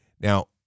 Now